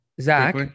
Zach